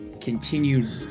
continued